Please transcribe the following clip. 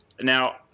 Now